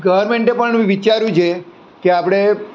ગવરમેન્ટે પણ વિચાર્યું છે કે આપણે